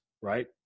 right